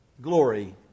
glory